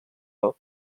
prop